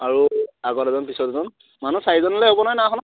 আৰু আগত এজন পিছত এজন মানুহ চাৰিজন হ'লে হ'ব নহয় নাওখনত